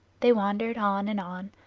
they wandered on and on,